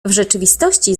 rzeczywistości